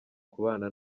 kubana